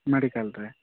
ମେଡ଼ିକାଲ୍ରେ